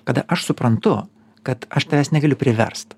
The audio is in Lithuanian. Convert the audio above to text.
kada aš suprantu kad aš tavęs negaliu priverst